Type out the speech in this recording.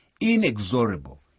inexorable